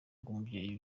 rw’umubyeyi